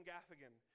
Gaffigan